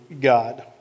God